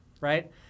right